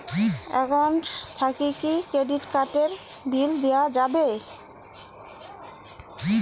Account থাকি কি credit card এর বিল দেওয়া যাবে?